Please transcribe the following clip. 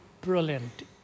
brilliant